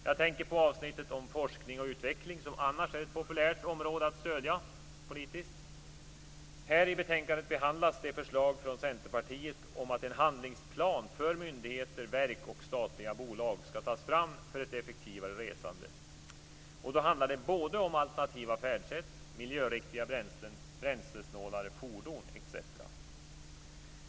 Jag tänker på avsnittet om forskning och utveckling som annars är ett populärt område att stödja politiskt. Här behandlas ett förslag från Centerpartiet om att en handlingsplan för myndigheter, verk och statliga bolag skall tas fram för ett effektivare resande. Då handlar det om alternativa färdsätt, miljöriktiga bränslen, bränslesnålare fordon, etc.